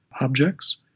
objects